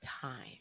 time